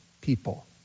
people